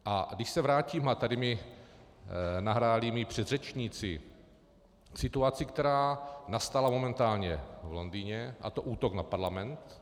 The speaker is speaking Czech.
A když se vrátím a tady mi nahráli mí předřečníci k situaci, která nastala momentálně v Londýně, a to útok na parlament.